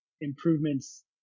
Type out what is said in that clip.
improvements